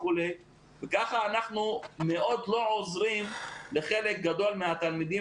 כך אנחנו מאוד לא עוזרים לחלק גדול מהתלמידים